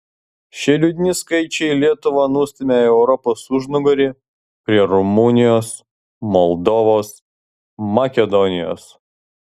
šie liūdni skaičiai lietuvą nustumia į europos užnugarį prie rumunijos moldovos makedonijos